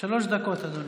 שלוש דקות, אדוני.